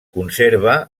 conserva